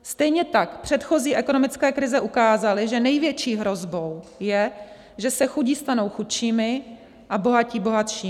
Stejně tak předchozí ekonomické krize ukázaly, že největší hrozbou je, že se chudí stanou chudšími a bohatí bohatšími.